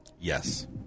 Yes